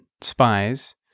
spies